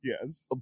yes